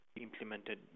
implemented